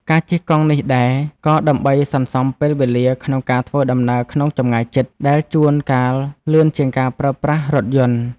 ការជិះកង់នេះដែរ ក៏ដើម្បីសន្សំពេលវេលាក្នុងការធ្វើដំណើរក្នុងចម្ងាយជិត ដែលជួនកាលលឿនជាងការប្រើប្រាស់រថយន្ត។